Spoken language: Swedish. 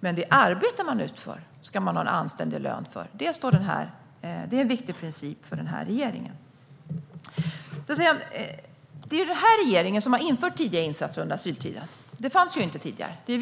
Men det arbete man utför ska man ha en anständig lön för. Det är en viktig princip för regeringen. Det är denna regering som har infört tidiga insatser under asyltiden. Det fanns inte tidigare. Vi